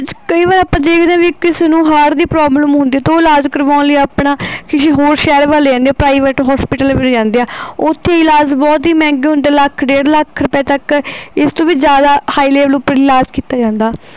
ਕਈ ਵਾਰ ਆਪਾਂ ਦੇਖਦੇ ਹਾਂ ਵੀ ਕਿਸੇ ਨੂੰ ਹਾਰਟ ਦੀ ਪ੍ਰੋਬਲਮ ਹੁੰਦੀ ਤਾਂ ਉਹ ਇਲਾਜ ਕਰਵਾਉਣ ਲਈ ਆਪਣਾ ਕਿਸੇ ਹੋਰ ਸ਼ਹਿਰ ਵੱਲ ਲੈ ਜਾਂਦੇ ਉਹ ਪ੍ਰਾਈਵੇਟ ਹੋਸਪੀਟਲ ਲਿਜਾਂਦੇ ਆ ਉੱਥੇ ਇਲਾਜ ਬਹੁਤ ਹੀ ਮਹਿੰਗੇ ਹੁੰਦੇ ਲੱਖ ਡੇਢ ਲੱਖ ਰੁਪਏ ਤੱਕ ਇਸ ਤੋਂ ਵੀ ਜ਼ਿਆਦਾ ਹਾਈ ਲੇਵਲ ਉੱਪਰ ਇਲਾਜ ਕੀਤਾ ਜਾਂਦਾ